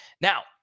Now